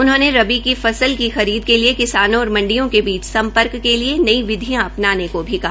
उन्होंने रबी की फस्ल की खरीद के लिए किसानों और मंडियो के बीच सम्पर्क के लिए नई विधियों अपनाने के लिए भी कहा